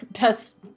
best